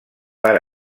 per